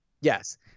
Yes